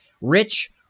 Rich